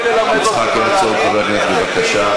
יצחק הרצוג, בבקשה.